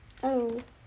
hello